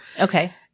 Okay